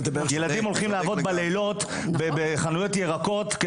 ילדים הולכים לעבוד בלילות בחנויות ירקות,